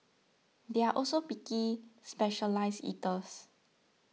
they are also picky specialised eaters